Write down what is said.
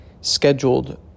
scheduled